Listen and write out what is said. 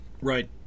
Right